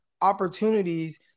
opportunities